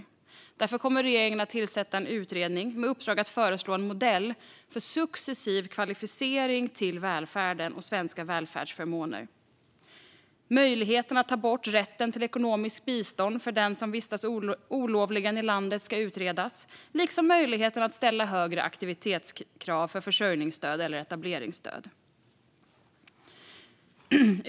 Regeringen kommer därför att tillsätta en utredning med uppdrag att föreslå en modell för successiv kvalificering till välfärden och svenska välfärdsförmåner. Möjligheten att ta bort rätten till ekonomiskt bistånd för den som vistas olovligen i landet ska utredas, liksom möjligheten att ställa högre aktivitetskrav för försörjningsstöd eller etableringsstöd.